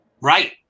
right